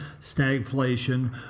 stagflation